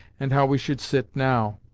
and how we should sit now.